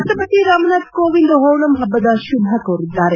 ರಾಷ್ಟಪತಿ ರಾಮ್ನಾಥ್ ಕೋವಿಂದ್ ಓಣಂ ಪಬ್ಬದ ಶುಭ ಕೋರಿದ್ದಾರೆ